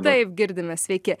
taip girdime sveiki